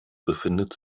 befindet